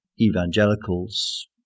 evangelicals